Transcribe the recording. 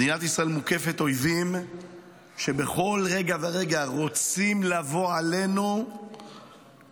מדינת ישראל מוקפת אויבים שבכל רגע ורגע רוצים לבוא עלינו לכלותנו.